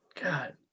God